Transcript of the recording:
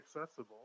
accessible